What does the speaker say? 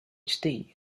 phd